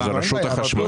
זאת רשות החשמל.